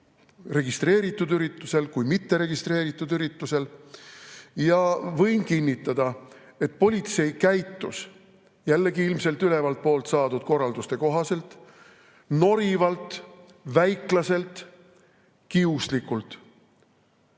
registreeritud üritusel kui ka mitteregistreeritud üritusel, ja võin kinnitada, et politsei käitus – jällegi ilmselt ülevalt poolt saadud korralduste kohaselt – norivalt, väiklaselt, kiuslikult.